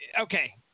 okay